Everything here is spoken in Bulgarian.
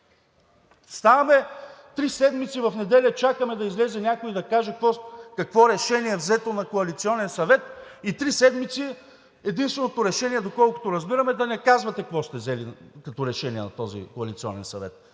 Стават три седмици, в неделя чакаме да излезе някой и да каже какво решение е взето на Коалиционен съвет и три седмици единственото решение, доколкото разбираме, е да не казвате какво сте взели като решение на този коалиционен съвет.